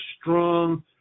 strong